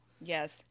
Yes